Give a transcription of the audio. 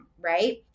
Right